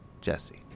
Jesse